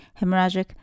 hemorrhagic